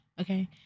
okay